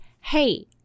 hey